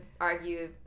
argue